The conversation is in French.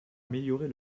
améliorer